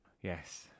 Yes